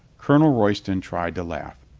colonel royston tried to laugh.